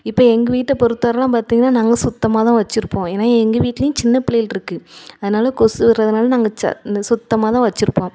இப்போ எங்கள் வீட்டை பொருத்தளவிலாம் பார்த்தீங்கனா நாங்கள் சுத்தமாக தான் வைச்சிருப்போம் ஏன்னா எங்கள் வீட்லேயும் சின்ன புள்ளைகளு இருக்குது அதனால் கொசு வர்றதினால நாங்கள் இந்த சுத்தமாக தான் வைச்சிருப்போம்